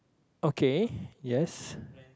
okay